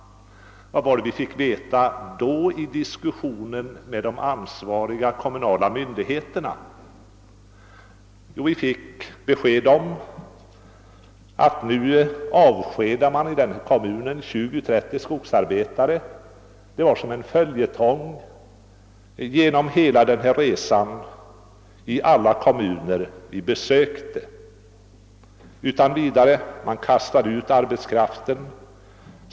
Vad var det vi då fick veta i diskussionerna med de ansvariga kommunala myndigheterna? Jo, vi fick besked om att det i kommunen i fråga skulle avskedas 20—30 skogsarbetare. Det var som en följetong under hela resan och gällde alla kommuner vi besökte. Utan vidare kastade man ut arbetskraften.